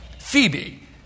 Phoebe